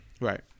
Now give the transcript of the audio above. Right